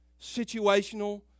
situational